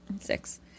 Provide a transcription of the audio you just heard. six